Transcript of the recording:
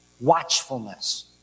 Watchfulness